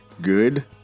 good